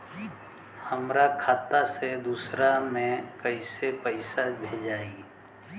हमरा खाता से दूसरा में कैसे पैसा भेजाई?